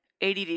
ADD